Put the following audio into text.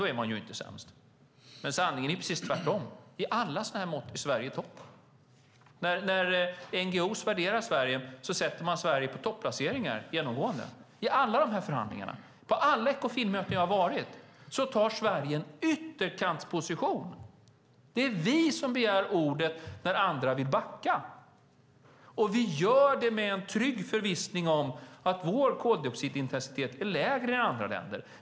Då är man inte sämst. Men sanningen är precis tvärtom. I alla sådana här mått är Sverige i toppen. När NGO:er värderar Sverige sätter de genomgående Sverige på topplaceringar. I alla dessa förhandlingar och på alla Ekofinmöten som jag har varit på tar Sverige en ytterkantsposition. Det är vi som begär ordet när andra vill backa. Och vi gör det med en trygg förvissning om att vår koldioxidintensitet är lägre än andra länders.